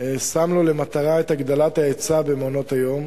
שם לו למטרה את הגדלת ההיצע במעונות-היום,